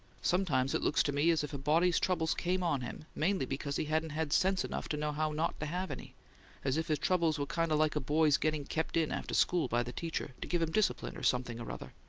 sometimes it looks to me as if a body's troubles came on him mainly because he hadn't had sense enough to know how not to have any as if his troubles were kind of like a boy's getting kept in after school by the teacher, to give him discipline, or something or other.